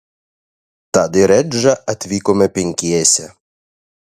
tad į redžą atvykome penkiese